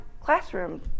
classroom